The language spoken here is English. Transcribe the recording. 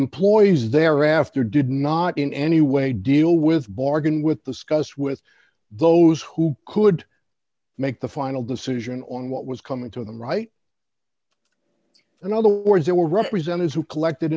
employees thereafter did not in any way deal with bargain with the scuffs with those who could make the final decision on what was coming to them right in other words they were represented who collected